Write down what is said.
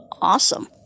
Awesome